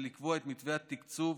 הוא לקבוע את מתווה התקצוב